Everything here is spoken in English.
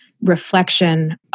reflection